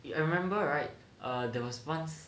I remember right there was once